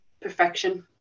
perfection